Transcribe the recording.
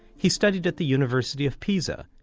he studied at the university of pisa,